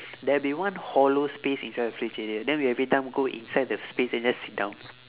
there'll be one hollow space inside the fridge area then we every time go inside the space and just sit down